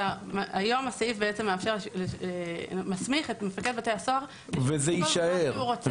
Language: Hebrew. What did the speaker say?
היום הסעיף בעצם מסמיך את מפקד בית הסוהר לשקול את מה שהוא רוצה.